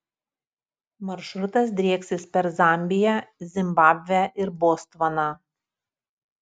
maršrutas drieksis per zambiją zimbabvę ir botsvaną